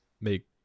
make